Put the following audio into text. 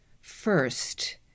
first